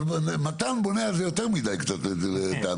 אבל מתן בונה על זה יותר מדי קצת לטעמי,